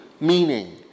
meaning